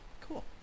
Cool